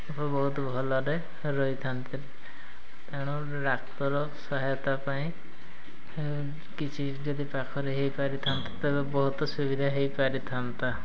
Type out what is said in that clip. ବହୁତ ଭଲରେ ରହିଥାନ୍ତି ତେଣୁ ଡ଼ାକ୍ତର ସହାୟତା ପାଇଁ କିଛି ଯଦି ପାଖରେ ହେଇପାରିଥାନ୍ତା ତେବେ ବହୁତ ସୁବିଧା ହେଇପାରିଥାନ୍ତା